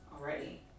already